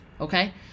okay